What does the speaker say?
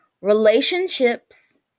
relationships